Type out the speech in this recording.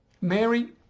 Mary